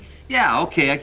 yeah, okay. i can.